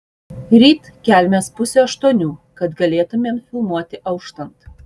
ryt keliamės pusę aštuonių kad galėtumėm filmuoti auštant